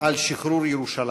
על שחרור ירושלים,